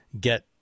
get